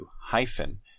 hyphen